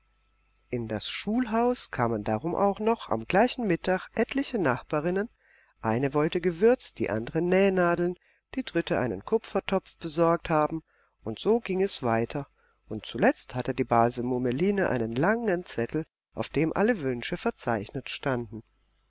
in das schulhaus kamen darum auch noch am gleichen mittag etliche nachbarinnen eine wollte gewürz die andere nähnadeln die dritte einen kupfertopf besorgt haben so ging es weiter und zuletzt hatte die base mummeline einen langen zettel auf dem alle wünsche verzeichnet standen